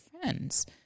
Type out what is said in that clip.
friends